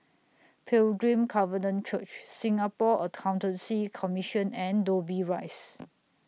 Pilgrim Covenant Church Singapore Accountancy Commission and Dobbie Rise